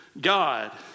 God